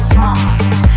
Smart